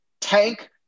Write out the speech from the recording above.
tank